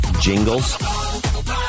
Jingles